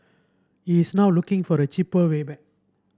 he is now looking for a cheaper way back